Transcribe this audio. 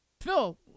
Phil